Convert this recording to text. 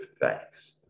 thanks